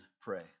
pray